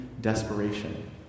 desperation